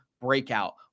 breakout